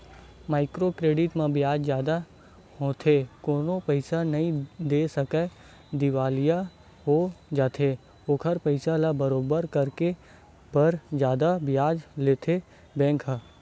micro credit म बियाज जादा होथे कोनो पइसा नइ दे सकय दिवालिया हो जाथे ओखर पइसा ल बरोबर करे बर जादा बियाज लेथे बेंक ह